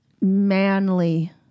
manly